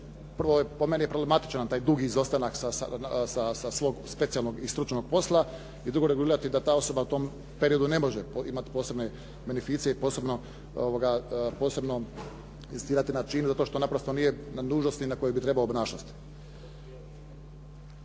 i po meni je problematičan taj dugi izostanak sa svog specijalnog i stručnog posla, i to regulirati da ta osoba u tom periodu ne može imati posebne beneficije i posebno inzistirati na činu zato što naprosto nije na dužnosti koju bi trebao obnašati.